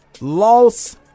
loss